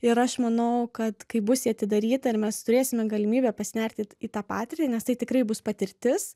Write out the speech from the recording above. ir aš manau kad kai bus atidaryta ir mes turėsime galimybę pasinerti į tą patirtį nes tai tikrai bus patirtis